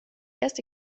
erste